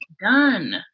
Done